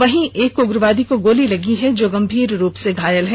वहीं एक उग्रवादी को गोली लगी है जो गंभीर रूप से घायल है